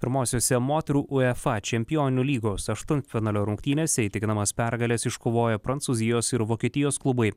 pirmosiose moterų uefa čempionių lygos aštuntfinalio rungtynėse įtikinamas pergales iškovojo prancūzijos ir vokietijos klubai